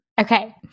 okay